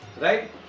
Right